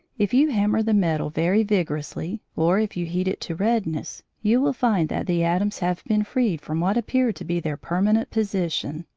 if you hammer the metal very vigorously, or if you heat it to redness, you will find that the atoms have been freed from what appeared to be their permanent position,